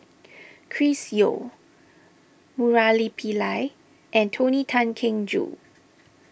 Chris Yeo Murali Pillai and Tony Tan Keng Joo